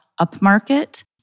upmarket